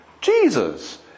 Jesus